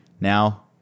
Now